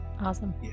Awesome